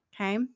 okay